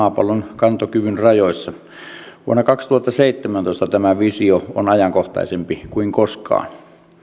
maapallon kantokyvyn rajoissa vuonna kaksituhattaseitsemäntoista tämä visio on ajankohtaisempi kuin koskaan